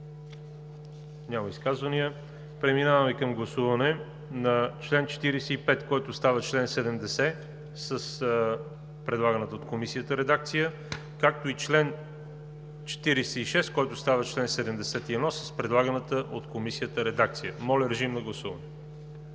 Няма изказвания. Преминаваме към гласуване на чл. 45, който става чл. 70, с предлаганата от Комисията редакция, както и чл. 46, който става чл. 71, с предлаганата от Комисията редакция. Гласували